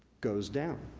goes down,